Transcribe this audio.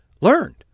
learned